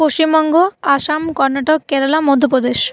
Paschimbanga Assam Karnataka Kerala Madhya Pradesh